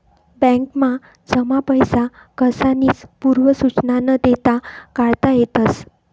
बॅकमा जमा पैसा कसानीच पूर्व सुचना न देता काढता येतस